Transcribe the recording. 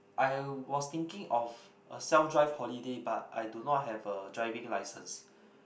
I was thinking of a self drive holiday but I do not have a driving license